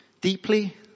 Deeply